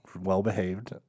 well-behaved